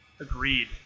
Agreed